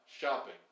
shopping